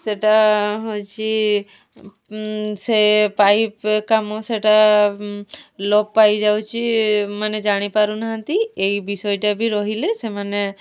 ସେଟା ହେଉଛି ସେ ପାଇପ୍ କାମ ସେଇଟା ଲୋପ ପାଇଯାଉଛି ମାନେ ଜାଣିପାରୁନାହାନ୍ତି ଏହି ବିଷୟଟା ବି ରହିଲେ ସେମାନେ